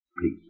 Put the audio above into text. Please